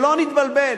שלא נתבלבל,